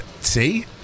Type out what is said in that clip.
See